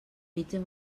mitja